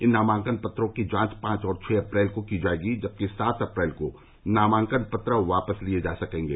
इन नामांकन पत्रों की जांच पांच और छह अप्रैल को की जायेगी जबकि सात अप्रैल को नामांकन पत्र वापस लिये जा सकेंगे